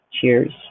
Cheers